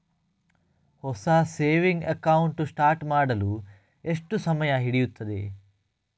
ಹೊಸ saving account start ಮಾಡಲು ಎಷ್ಟು ಸಮಯ ಹಿಡಿಯುತ್ತದೆ?